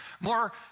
more